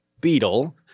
Beetle